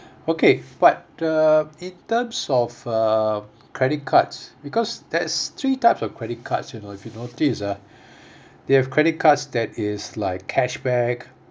okay but uh in terms of uh credit cards because there's three types of credit cards you know if you notice ah they have credit cards that is like cashback